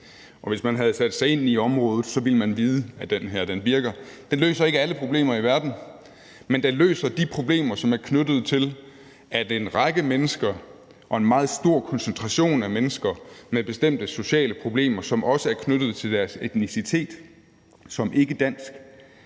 og hvis man havde sat sig ind i området, ville man vide, at den her virker. Den løser ikke alle problemer i verden, men den løser de problemer, som er knyttet til, at en meget stor koncentration af mennesker med bestemte sociale problemer, som også er knyttet til deres etnicitet som ikkedansk,